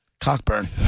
Cockburn